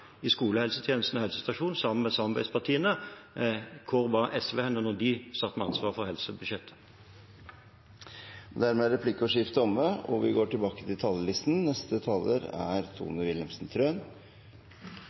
Hvor var SV da de satt med ansvaret for helsebudsjettet? Dermed er replikkordskiftet omme.